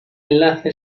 enlace